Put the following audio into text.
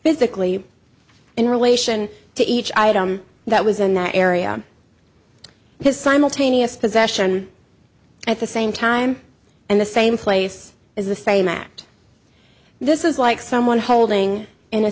physically in relation to each item that was in that area his simultaneous possession at the same time and the same place is the same act this is like someone holding in a